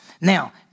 Now